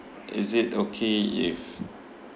is it okay if